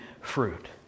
fruit